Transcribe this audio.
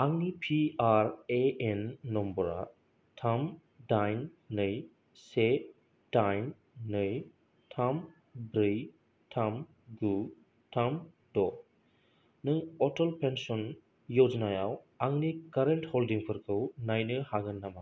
आंनि P R A N नाम्बारा थाम दाइन नै से दाइन नै थाम ब्रै थाम गु थाम द' नों अटल पेन्सन य'जनायाव आंनि कारेन्ट हल्डिंफोरखौ नायनो हागोन नामा